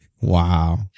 Wow